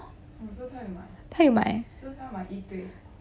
他有买